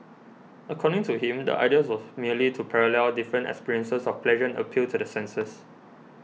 according to him the ideas was merely to parallel different experiences of pleasure and appeal to the senses